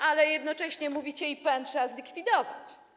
Ale jednocześnie mówicie: IPN trzeba zlikwidować.